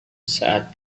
saat